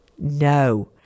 No